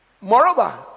Moreover